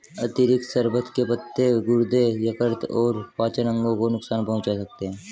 अतिरिक्त शर्बत के पत्ते गुर्दे, यकृत और पाचन अंगों को नुकसान पहुंचा सकते हैं